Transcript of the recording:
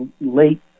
late